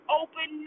open